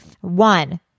One